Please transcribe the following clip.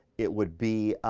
it would be